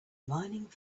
mining